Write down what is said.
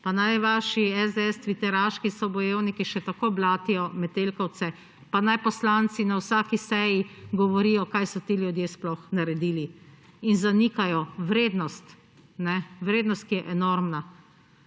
naj vaši SDS tviteraški sobojevniki še tako blatijo Metelkovce, pa naj poslanci na vsaki seji govorijo, kaj so ti ljudje sploh naredili, in zanikajo vrednost, ki je enormna.